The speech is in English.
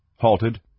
halted